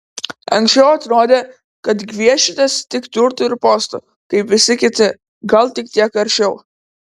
anksčiau atrodė kad gviešiatės tik turtų ir postų kaip visi kiti gal tik kiek aršiau